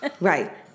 Right